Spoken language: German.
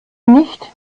nicht